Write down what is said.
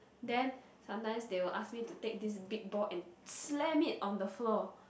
then sometimes they will ask me to take this big ball and slam it on the floor